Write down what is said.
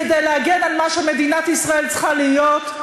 כדי להגן על מה שמדינת ישראל צריכה להיות.